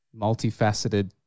multifaceted